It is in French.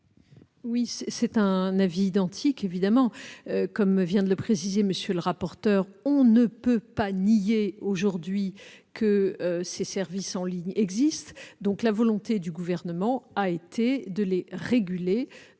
Quel est l'avis du Gouvernement ? Comme vient de le préciser M. le rapporteur, on ne peut pas nier aujourd'hui que ces services en ligne existent. La volonté du Gouvernement est de les réguler